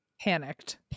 panicked